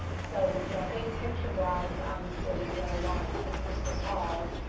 so, you know, big picture wise, obviously we all want the crystal ball,